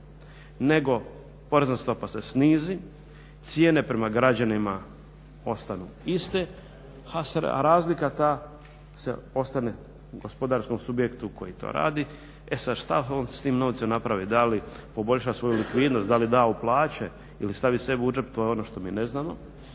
nego porezna stopa se snizi, cijene prema građanima ostanu iste, a razlika ta ostane gospodarskom subjektu koji to radi. E sad šta on sa tim novcima napravi? Da li poboljša svoju likvidnost, da li da u plaće ili stavi sebi u džep to je ono što mi ne znamo.